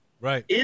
Right